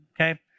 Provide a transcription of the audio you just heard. Okay